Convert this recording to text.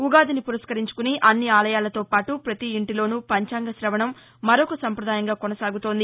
ఉ గాదిని పురస్కరించుకుని అన్ని ఆలయాలతోపాటు పతి ఇంటీలోనూ పంచాంగ కవణం మరొక సంపదాయంగా కొనసాగుతోంది